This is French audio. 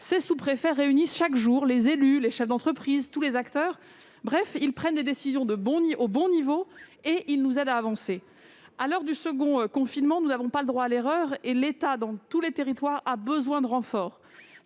les sous-préfets réunissent chaque jour les élus, les chefs d'entreprise et tous les acteurs de terrain. Bref, ils prennent des décisions au bon niveau et nous aident à avancer. À l'heure du second confinement, nous n'avons pas le droit à l'erreur, et l'État, dans tous les territoires, a besoin de renfort.